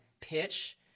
pitch